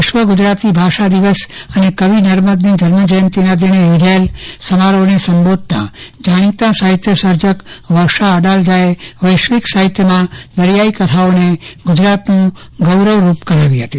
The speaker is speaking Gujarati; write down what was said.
વિશ્વ ગુજરાતી ભાષા દિવસ અને કવિ નર્મદની જન્મજયંતિના દિને યોજાયેલ સમારોહને સંબોધતા જાણીતા સાહિત્ય સર્જક વર્ષા અડાલજાએ વૈશ્વિક સાહિત્યમાં દરિયાઇ કથાઓને ગુજરાત ગૌરવરૂપ ગણાવ્યું હતું